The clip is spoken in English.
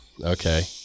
okay